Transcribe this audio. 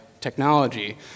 technology